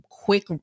quick